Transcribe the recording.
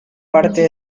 parte